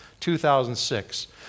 2006